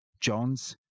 Johns